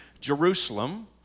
Jerusalem